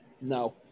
No